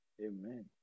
Amen